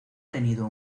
tenido